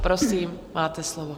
Prosím, máte slovo.